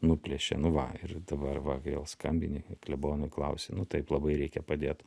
nuplėšė nu va ir dabar va vėl skambini klebonui klausi nu taip labai reikia padėt